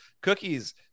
Cookies